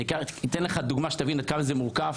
אתן לך דוגמה שתבין עד כמה זה מורכב.